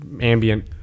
ambient